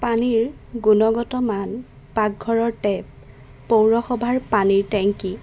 পানীৰ গুণগত মান পাকঘৰৰ টেপ পৌৰসভাৰ পানীৰ টেংকী